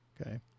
okay